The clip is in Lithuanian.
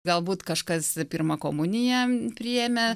galbūt kažkas pirmą komuniją priėmė